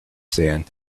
sand